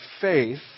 faith